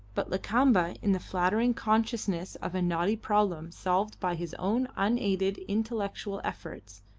but lakamba, in the flattering consciousness of a knotty problem solved by his own unaided intellectual efforts,